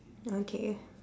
okay